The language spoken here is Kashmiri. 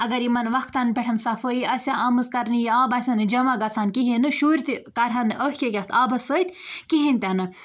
اَگر یِمَن وقتَن پٮ۪ٹھ صفٲیی آسہِ ہہ آمٕژ کَرنہٕ یہِ آب آسہِ ہا نہٕ جمع گَژھان کِہیٖنۍ نہٕ شُرۍ تہِ کَرٕہان نہٕ یَتھ آبَس سۭتۍ کہیٖنۍ تہِ نہٕ